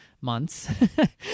months